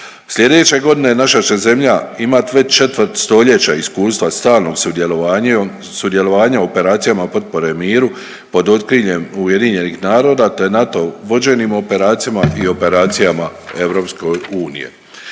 Slijedeće godine naša će zemlja imat već četvrt stoljeća iskustva stranog sudjelovanja u operacijama potpore miru pod otkriljem UN-a, te NATO vođenim operacijama i operacijama EU.